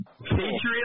Patriots